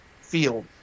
field